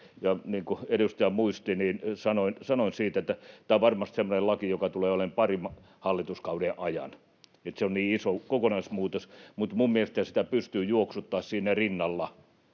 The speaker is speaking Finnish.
kuin edustaja muisti, niin sanoin siitä, että tämä on varmasti semmoinen laki, joka tulee olemaan parin hallituskauden ajan, se on niin iso kokonaismuutos. Mutta minun mielestäni sitä pystyy juoksuttamaan siinä rinnalla,